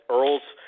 Earl's